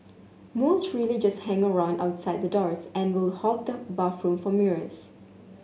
most really just hang around outside the doors and will hog the bathroom for mirrors